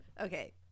Okay